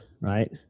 right